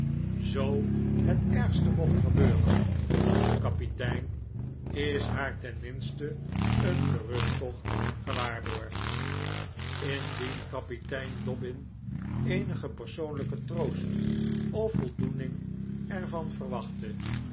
zoo het ergste mocht gebeuren dacht de kapitein is haar ten minste een terugtocht gewaarborgd indien kapitein dobbin eenige persoonlijke troost of voldoening er van verwachtte